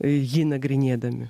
jį nagrinėdami